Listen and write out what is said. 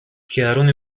quedaron